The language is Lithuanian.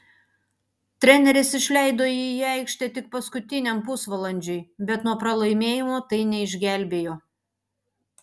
treneris išleido jį į aikštę tik paskutiniam pusvalandžiui bet nuo pralaimėjimo tai neišgelbėjo